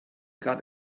grad